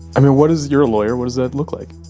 i mean, what does you're a lawyer what does that look like?